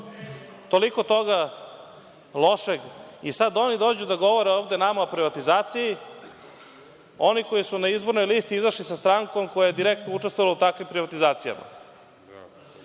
toga lošeg. Sada oni dođu da govore ovde nama o privatizaciji, oni koji su na izbornoj listi izašli sa strankom koja je direktno učestvovala u takvim privatizacijama.